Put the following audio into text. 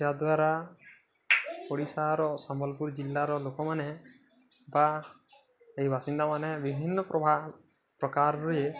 ଯଦ୍ୱାରା ଓଡ଼ିଶାର ସମ୍ବଲପୁର ଜିଲ୍ଲାର ଲୋକମାନେ ବା ଏଇ ବାସିନ୍ଦାମାନେ ବିଭିନ୍ନ ପ୍ରକାରରେ